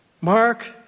Mark